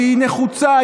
ושהיא נחוצה,